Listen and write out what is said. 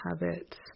habits